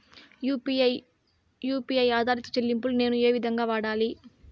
UPI U P I ఆధారిత చెల్లింపులు నేను ఏ విధంగా వాడాలి?